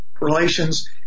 Relations